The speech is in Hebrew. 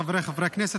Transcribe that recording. חבריי חברי הכנסת,